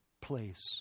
place